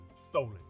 stolen